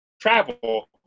travel